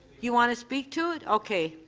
you want to speak to it? okay.